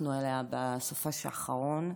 נחשפנו אליה בסופ"ש האחרון.